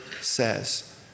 says